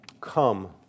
Come